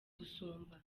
gusumba